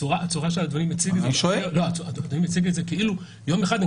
הצורה שאדוני מציג את זה היא כאילו יום אחד הם